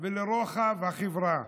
ולרוחב החברה.